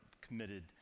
committed